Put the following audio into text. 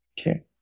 Okay